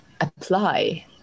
apply